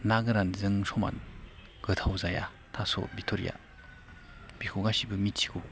ना गोरानजों समान गोथाव जाया थास' बिथ'रिया बेखौ गासैबो मिथिगौ